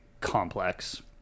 Complex